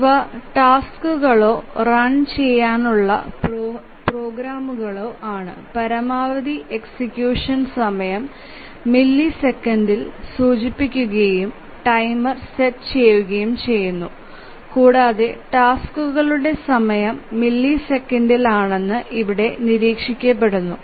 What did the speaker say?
ഇവ ടാസ്ക്കുകളോ റൺ ചെയാനുള്ള പ്രോഗ്രാമുകളോ ആണ് പരമാവധി എക്സിക്യൂഷൻ സമയം മില്ലിസെക്കൻഡിൽ സൂചിപ്പിക്കുകയും ടൈമർ സെറ്റ് ചെയുകയും ചെയുന്നു കൂടാതെ ടാസ്ക്കളുടെ സമയം മില്ലിസെക്കൻഡിലാണെന്ന് ഇവിടെ നിരീക്ഷിക്കപ്പെടുന്നു